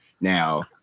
now